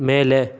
ಮೇಲೆ